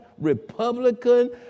Republican